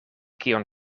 kion